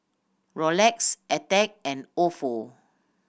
Rolex Attack and Ofo